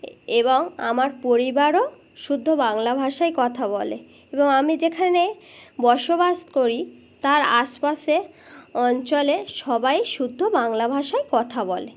এবং আমার পরিবারও শুদ্ধ বাংলা ভাষায় কথা বলে এবং আমি যেখানে বসবাস করি তার আশপাশে অঞ্চলে সবাই শুদ্ধ বাংলা ভাষায় কথা বলে